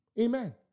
Amen